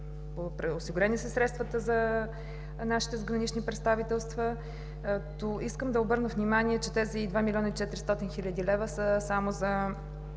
Осигурени са средствата за нашите задгранични представителства. Искам да обърна внимание, че тези 2 млн. и 400 хил. лв. са само за